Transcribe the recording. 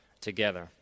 together